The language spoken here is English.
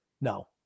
No